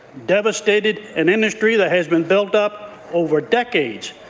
devastated an industry that has been built up over decades,